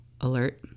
alert